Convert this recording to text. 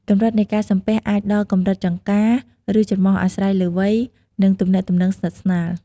កម្រិតនៃការសំពះអាចដល់កម្រិតចង្កា ឬច្រមុះ អាស្រ័យលើវ័យ និងទំនាក់ទំនងស្និទ្ធស្នាល។